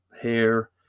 hair